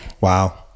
Wow